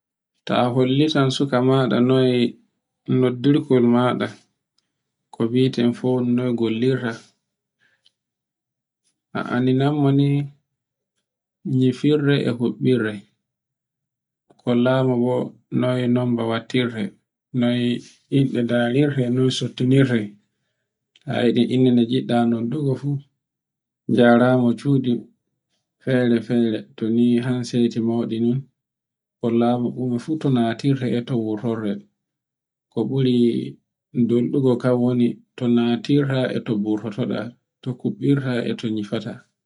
T hollitan suka maɗa noy noddirkol maɗa ko bi'ete phone noy gollirta. A anndinan mo ni nyifirde e huɓɓirde, kollama bo noy nom ba wattirte, noy inɗe darirte, noy sottinirte, ta yiɗi inde nde giɗɗa noddugo fu njaramo sudu fere-fere to ni handset mauɗin non hollama fu to natirte e to wurtonte. Ko ɓuri donɗugo kan woni to nnatirta e to ngurtataɗa, to kubbirta e to nyifata